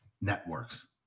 networks